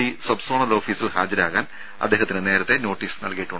D sub zonal ഓഫീസിൽ ഹാജരാകാൻ അദ്ദേഹത്തിന് നേരത്തെ നോട്ടീസ് നൽകിയിരുന്നു